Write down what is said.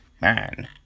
man